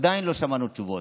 עדיין לא שמענו תשובות.